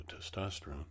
testosterone